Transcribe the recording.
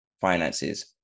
finances